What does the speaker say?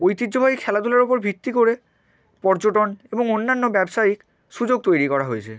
ঐতিহ্যবাহী খেলাধুলার ওপর ভিত্তি করে পর্যটন এবং অন্যান্য ব্যবসায়িক সুযোগ তৈরি করা হয়েছে